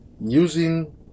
using